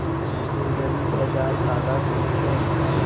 एगरीबाजार काला कहिथे?